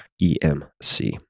EMC